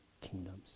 kingdoms